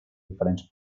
diferents